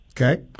Okay